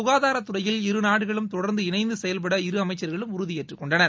சுகாதாரத்துறையில் இரு நாடுகளும் தொடர்ந்து இணைந்து செயல்பட இரு அமைச்சர்களும் உறுதி ஏற்றுக்கொண்டனர்